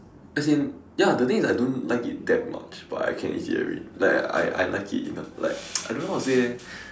as in ya the thing is I don't like it that much but I can eat it every like I I like it enough like I don't know how to say eh